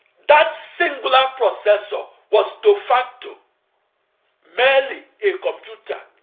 that singular processor was de facto merely a computer.